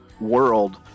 world